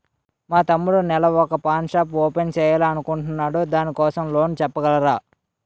మా తమ్ముడు నెల వొక పాన్ షాప్ ఓపెన్ చేయాలి అనుకుంటునాడు దాని కోసం లోన్ ఇవగలరా?